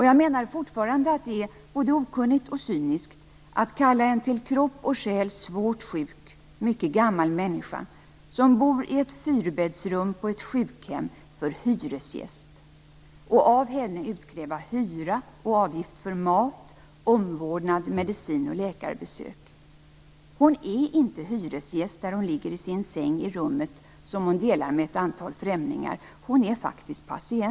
Jag menar fortfarande att det är både okunnigt och cyniskt att kalla en till kropp och själ svårt sjuk och mycket gammal människa som bor i ett fyrbäddsrum på ett sjukhem för hyresgäst och av henne utkräva hyra och avgift för mat, omvårdnad, medicin och läkarbesök. Hon är inte hyresgäst där hon ligger i sin säng i rummet som hon delar med ett antal främlingar. Hon är faktiskt patient.